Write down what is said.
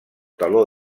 teló